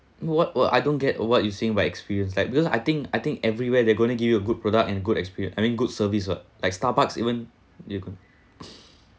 what what I don't get what you saying by experience like because I think I think everywhere they going to give you a good product and good experience I mean good service ah like starbucks even you can